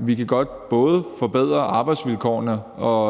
Vi kan godt forbedre